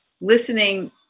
listening